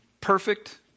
perfect